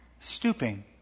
stooping